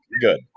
good